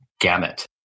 gamut